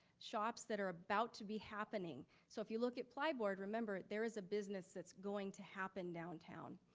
shops that are about to be happening. so if you look at ply board, remember, there is a business that's going to happen downtown.